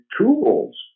tools